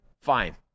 Fine